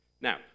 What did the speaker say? Now